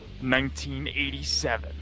1987